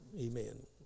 amen